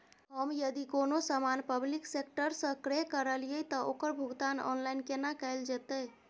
हम यदि कोनो सामान पब्लिक सेक्टर सं क्रय करलिए त ओकर भुगतान ऑनलाइन केना कैल जेतै?